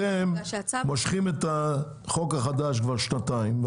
אתם מושכים את החוק החדש כבר שנתיים,